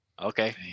Okay